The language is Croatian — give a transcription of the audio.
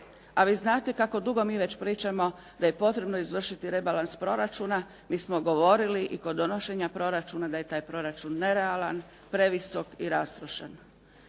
a vi znate kako dugo mi već pričamo da je potrebno izvršiti rebalans proračuna. Mi smo govorili i kod donošenja proračuna da je taj proračun nerealan, previsok i rastrošan.